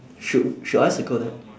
should should I circle that